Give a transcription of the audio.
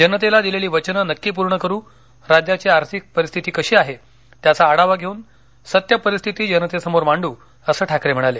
जनतेला दिलेली वचनं नक्की पूर्ण करू राज्याची आर्थिक परिस्थिती कशी आहे त्याचा आढावा घेऊन सत्य परिस्थिती जनतेसमोर मांडू असं ठाकरे म्हणाले